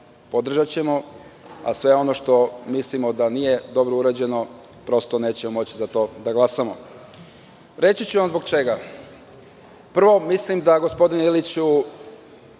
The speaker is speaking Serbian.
podržati, a za sve ono što mislimo da nije dobro urađeno prosto nećemo moći da glasamo. Reći ću vam zbog čega. Prvo, gospodine Iliću,